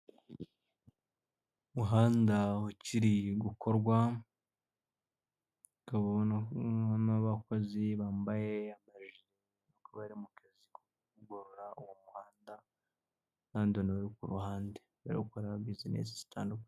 Umuhanda ukiri gukorwa ukabonamo n'abakozi bambaye amajiri ubona ko bari mu kazi ko kugorora uwo muhanda, n'abandi bantu bari kuruhande bari gukoreraho bizinesi zitandukanye.